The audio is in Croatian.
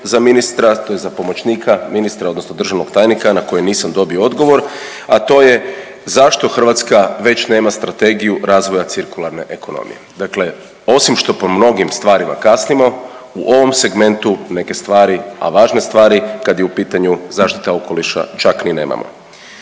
za ministra tj. za pomoćnika ministra odnosno državnog tajnika na koje nisam dobio odgovor, a to je zašto Hrvatska već nema Strategiju razvoja cirkularne ekonomije. Dakle, osim što po mnogim stvarima kasnimo u ovom segmentu neke stvari, a važne stvari kad je u pitanju zaštita okoliša čak ni nemamo.